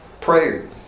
Prayer